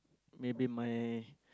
maybe my